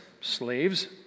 slaves